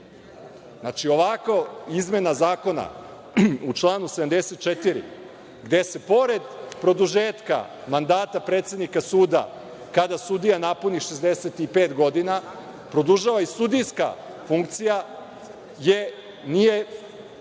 Znači, ovako izmena zakona u članu 74. gde se pored produžetka mandata predsednika suda, kada sudija napuni 65 godina produžava i sudijska funkcija nije